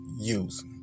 use